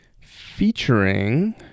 Featuring